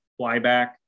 flyback